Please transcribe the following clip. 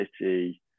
City